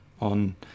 on